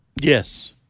Yes